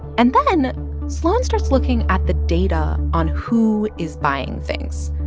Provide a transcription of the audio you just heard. and then sloan starts looking at the data on who is buying things,